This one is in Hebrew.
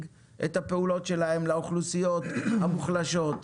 את הפעולות שלהם לאוכלוסיות המוחלשות.